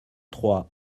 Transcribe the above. trois